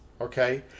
Okay